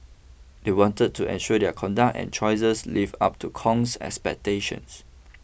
they wanted to ensure their conduct and choices lived up to Kong's expectations